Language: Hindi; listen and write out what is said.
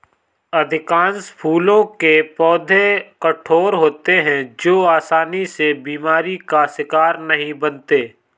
अधिकांश फूलों के पौधे कठोर होते हैं जो आसानी से बीमारी का शिकार नहीं बनते